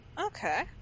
Okay